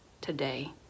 today